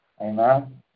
amen